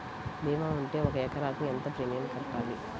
భీమా ఉంటే ఒక ఎకరాకు ఎంత ప్రీమియం కట్టాలి?